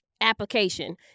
application